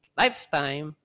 lifetime